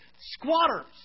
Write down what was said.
squatters